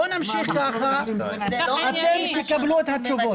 בואו נמשיך ככה ואתם תקבלו את התשובות.